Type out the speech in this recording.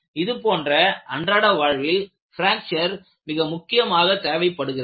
இது போன்ற அன்றாட வாழ்வில் பிராக்சர் மிக முக்கியமாக தேவைப்படுகிறது